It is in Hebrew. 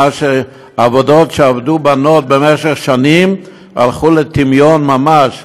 עבודות שעשו בנות במשך שנים ירדו לטמיון ממש,